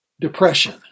depression